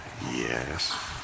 yes